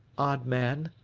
odd man,